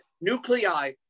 nuclei